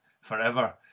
forever